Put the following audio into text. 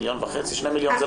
מיליון וחצי, שני מיליון.